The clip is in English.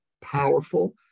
powerful